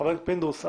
חה"כ פינדרוס,